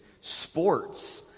sports